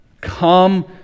Come